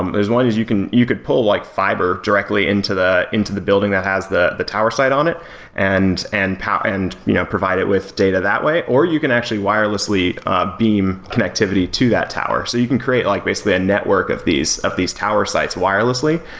um but one is you can you could pull like fiber directly into the into the building that has the the tower site on it and and and you know provide it with data that way. or you can actually wirelessly beam connectivity to that tower. so you can create like basically a network of these of these tower sites wirelessly,